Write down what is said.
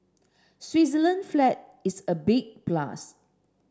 Switzerland flag is a big plus